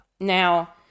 Now